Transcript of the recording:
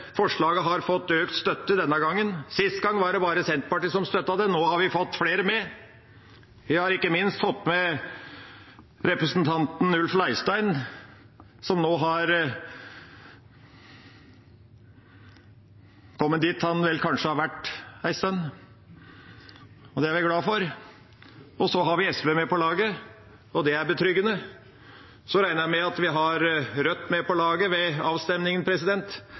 forslaget har fått økt støtte denne gangen. Sist gang var det bare Senterpartiet som støttet det, nå har vi fått flere med. Vi har ikke minst fått med representanten Ulf Leirstein, som nå er kommet dit han vel kanskje har vært en stund, og det er vi glad for. Så har vi SV med på laget, og det er betryggende. Jeg regner også med at vi har Rødt med på laget ved avstemningen.